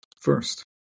first